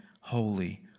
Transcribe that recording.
holy